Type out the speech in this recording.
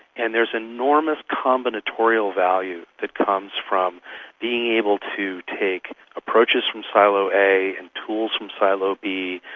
and there is enormous combinatorial value that comes from being able to take approaches from silo a, and tools from silo b,